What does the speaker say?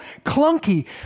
clunky